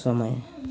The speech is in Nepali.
समय